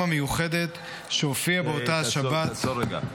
המיוחדת שהופיעה באותה שבת --- עצור לרגע.